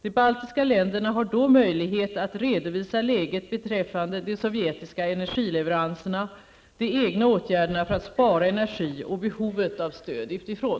De baltiska länderna har då möjlighet att redovisa läget beträffande de sovjetiska energileveranserna, de egna åtgärderna för att spara energi och behovet av stöd utifrån.